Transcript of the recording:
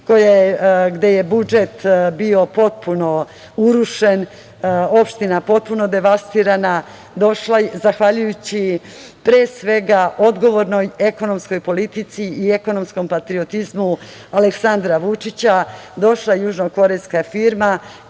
gde je budžet bio potpuno urušen, opština potpuno devastirana, zahvaljujući pre svega, odgovornoj ekonomskoj politici i ekonomskom patriotizmu Aleksandra Vučića došla južnokorejska firma